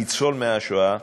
הניצול מהשואה,